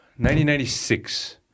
1996